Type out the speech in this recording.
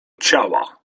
ciała